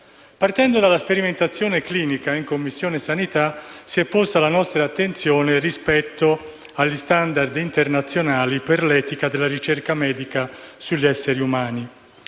Partendo dalla sperimentazione clinica, in Commissione sanità si è posta la nostra attenzione rispetto agli *standard* internazionali per l'etica della ricerca medica sugli esseri umani,